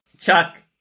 Chuck